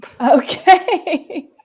Okay